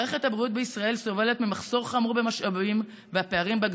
מערכת הבריאות בישראל סובלת ממחסור חמור במשאבים והפערים בה גדולים.